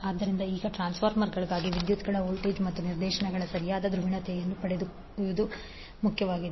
ಆದ್ದರಿಂದ ಈಗ ಟ್ರಾನ್ಸ್ಫಾರ್ಮರ್ಗಾಗಿ ವಿದ್ಯುತ್ಗಳ ವೋಲ್ಟೇಜ್ಗಳು ಮತ್ತು ನಿರ್ದೇಶನಗಳ ಸರಿಯಾದ ಧ್ರುವೀಯತೆಯನ್ನು ಪಡೆಯುವುದು ಮುಖ್ಯವಾಗಿದೆ